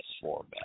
format